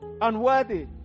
Unworthy